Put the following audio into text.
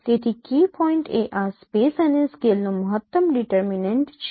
તેથી key point એ આ સ્પેસ અને સ્કેલનો મહત્તમ ડિટરમીનેન્ટ છે